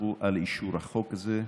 תבורכו על אישור החוק הזה.